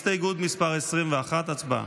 הסתייגות מס' 21, הצבעה.